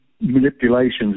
Manipulations